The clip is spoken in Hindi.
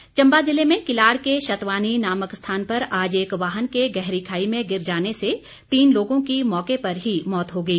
दुर्घटना चंबा ज़िले में किलाड़ के शतवानी नामक स्थान पर आज एक वाहन के गहरी खाई में गिर जाने से तीन लोगों की मौके पर ही मौत हो गई